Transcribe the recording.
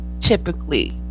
typically